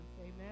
amen